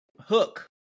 Hook